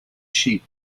sheep